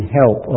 help